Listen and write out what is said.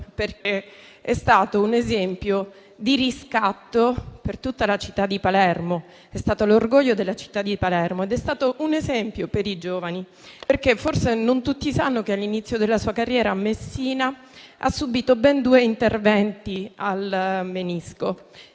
perché è stato un esempio di riscatto per tutta la città di Palermo. È stato l'orgoglio della città di Palermo ed è stato un esempio per i giovani perché forse non tutti sanno che, all'inizio della sua carriera, a Messina, ha subito ben due interventi al menisco,